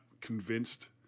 convinced